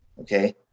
Okay